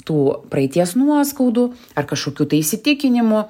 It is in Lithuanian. tų praeities nuoskaudų ar kažkokių tai įsitikinimų